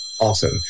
Awesome